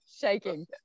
Shaking